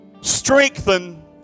strengthen